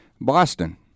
Boston